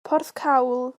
porthcawl